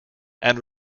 and